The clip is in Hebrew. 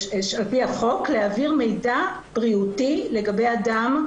להעביר מידע בריאותי לגבי אדם,